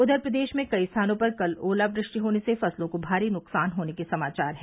उधर प्रदेश में कई स्थानों पर कल ओलावृष्टि होने से फसलों को भारी नुकसान होने के समाचार हैं